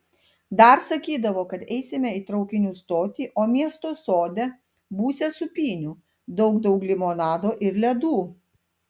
dar sakydavo kad eisime į traukinių stotį o miesto sode būsią sūpynių daug daug limonado ir ledų